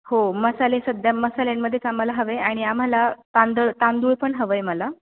हो मसाले सध्या मसाल्यांमध्येच आम्हाला हवं आहे आणि आम्हाला तांदूळ तांदूळ पण हवं आहे मला